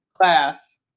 class